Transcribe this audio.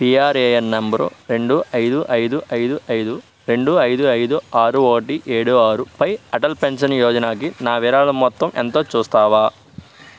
PRAN number రెండు ఐదు ఐదు ఐదు ఐదు రెండు ఐదు ఐదు ఆరు ఒకటి ఏడు ఆరు పై అటల్ పెన్షన్ యోజనాకి నా విరాళం మొత్తం ఎంతో చూస్తావా